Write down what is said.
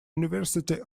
university